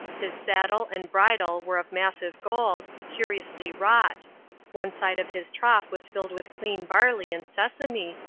his saddle and bridle were of massive gold, curiously wrought one side of his trough was filled with clean barley and sesame,